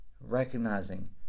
recognizing